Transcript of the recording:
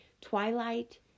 Twilight